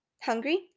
Hungry